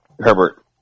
Herbert